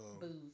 booze